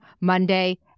Monday